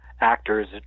actors